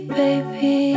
baby